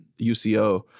UCO